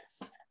Yes